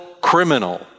criminal